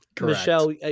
Michelle